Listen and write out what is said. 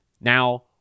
Now